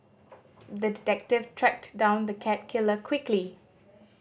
the detective tracked down the cat killer quickly